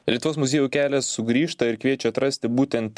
lietuvos muziejų kelias sugrįžta ir kviečia atrasti būtent